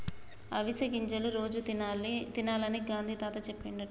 అవిసె గింజలు రోజు తినాలని గాంధీ తాత చెప్పిండట